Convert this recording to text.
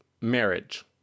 marriage